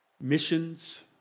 missions